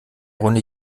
runde